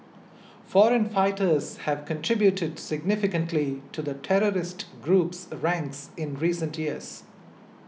foreign fighters have contributed significantly to the terrorist group's ranks in recent years